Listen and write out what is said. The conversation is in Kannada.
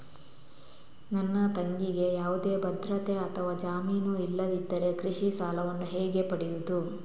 ನನ್ನ ತಂಗಿಗೆ ಯಾವುದೇ ಭದ್ರತೆ ಅಥವಾ ಜಾಮೀನು ಇಲ್ಲದಿದ್ದರೆ ಕೃಷಿ ಸಾಲವನ್ನು ಹೇಗೆ ಪಡೆಯುದು?